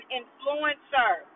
influencer